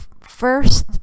first